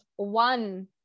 one